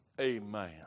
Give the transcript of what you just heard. Amen